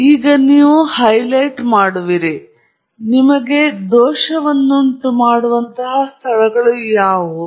ತದನಂತರ ನೀವು ನಿಮಗೆ ಹೈಲೈಟ್ ಮಾಡಿರುವಿರಿ ನಿಮಗೆ ದೋಷವನ್ನುಂಟುಮಾಡುವಂತಹ ಸ್ಥಳಗಳು ಯಾವುವು